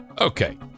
Okay